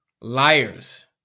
Liars